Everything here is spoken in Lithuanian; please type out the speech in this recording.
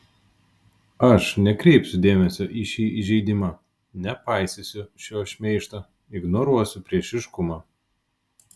aš nekreipsiu dėmesio į šį įžeidimą nepaisysiu šio šmeižto ignoruosiu priešiškumą